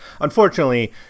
Unfortunately